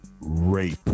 rape